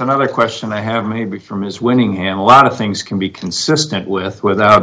another question i have maybe from is winning and a lot of things can be consistent with without